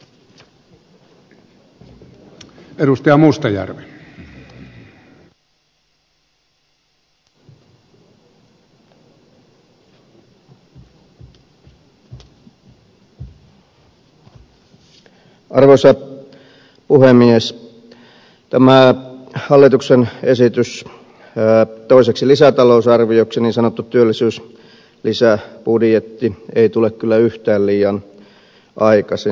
tämä hallituksen esitys toiseksi lisätalousarvioksi niin sanottu työllisyyslisäbudjetti ei tule kyllä yhtään liian aikaisin